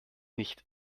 nicht